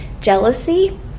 jealousy